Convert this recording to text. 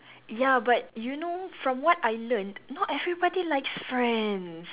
ya but you know from what I learnt not everybody likes friends